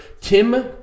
Tim